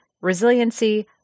resiliency